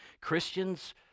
Christians